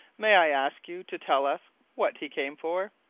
may i ask you to tell us what he came for?